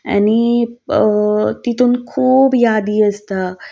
आनी तितून खूब यादी आसता